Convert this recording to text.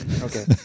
Okay